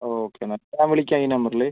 okay എന്നാൽ ഞാൻ വിളിക്കാം ഈ നമ്പറിൽ